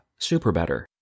Superbetter